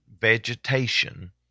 vegetation